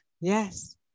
Yes